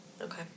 Okay